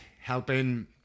helping